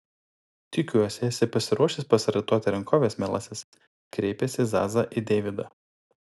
tikiuosi esi pasiruošęs pasiraitoti rankoves mielasis kreipėsi zaza į deividą